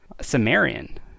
Sumerian